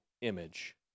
image